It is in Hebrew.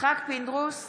יצחק פינדרוס,